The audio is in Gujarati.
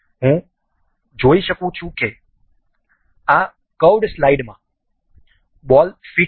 હું જોઈ શકું છું કે આ કર્વડ સ્લાઇડમાં બોલ ફિટ છે